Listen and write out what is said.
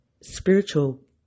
spiritual